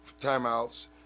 timeouts